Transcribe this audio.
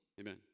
Amen